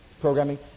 programming